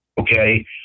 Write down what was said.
okay